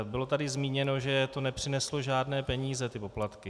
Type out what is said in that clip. Bylo tady zmíněno, že to nepřineslo žádné peníze, ty poplatky.